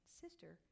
sister